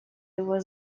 его